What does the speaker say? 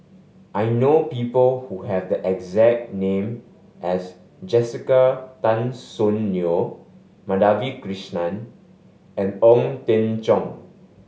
I know people who have the exact name as Jessica Tan Soon Neo Madhavi Krishnan and Ong Teng Cheong